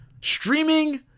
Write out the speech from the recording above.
streaming